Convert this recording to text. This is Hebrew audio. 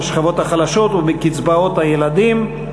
בשכבות החלשות ובקצבאות הילדים.